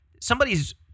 Somebody's